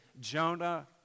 Jonah